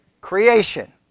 Creation